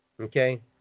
okay